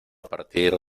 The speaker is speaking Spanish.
partir